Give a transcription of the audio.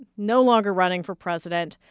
no longer running for president.